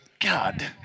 God